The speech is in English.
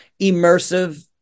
immersive